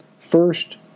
First